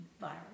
virus